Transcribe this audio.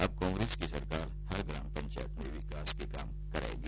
अब कांग्रेस की सरकार हर ग्राम पंचायत में विकास के काम कराएगी